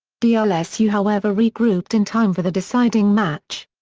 dlsu however regrouped in time for the deciding match.